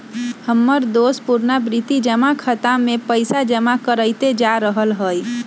हमर दोस पुरनावृति जमा खता में पइसा जमा करइते जा रहल हइ